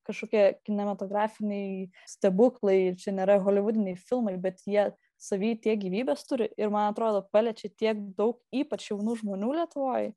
kažkokie kinematografiniai stebuklai čia nėra holivudiniai filmai bet jie savy tiek gyvybės turi ir man atrodo paliečia tiek daug ypač jaunų žmonių lietuvoj